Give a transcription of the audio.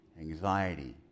anxiety